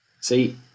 See